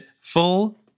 full